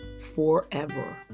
forever